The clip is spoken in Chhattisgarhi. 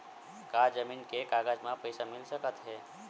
का जमीन के कागज म पईसा मिल सकत हे?